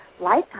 lifetime